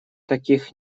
таких